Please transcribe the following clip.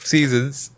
Seasons